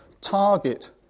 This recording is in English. target